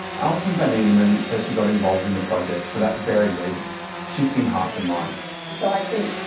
alison van eenennaam and says she got involved in the project for that very reason shifting hearts and minds. so i think,